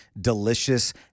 delicious